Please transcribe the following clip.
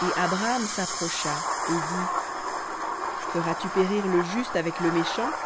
et abraham s'approcha et dit feras-tu périr le juste avec le méchant